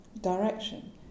direction